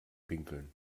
pinkeln